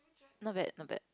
not bad not bad